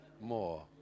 more